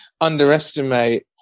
underestimate